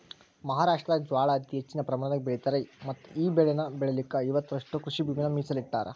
ಮಹಾರಾಷ್ಟ್ರದಾಗ ಜ್ವಾಳಾ ಅತಿ ಹೆಚ್ಚಿನ ಪ್ರಮಾಣದಾಗ ಬೆಳಿತಾರ ಮತ್ತಈ ಬೆಳೆನ ಬೆಳಿಲಿಕ ಐವತ್ತುರಷ್ಟು ಕೃಷಿಭೂಮಿನ ಮೇಸಲಿಟ್ಟರಾ